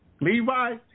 Levi